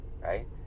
right